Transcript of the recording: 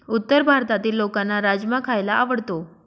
उत्तर भारतातील लोकांना राजमा खायला आवडतो